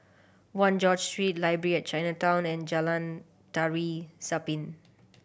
One George Street Library at Chinatown and Jalan Tari Zapin